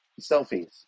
Selfies